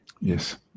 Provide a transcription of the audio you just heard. Yes